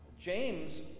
James